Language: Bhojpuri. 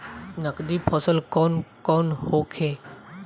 नकदी फसल कौन कौनहोखे?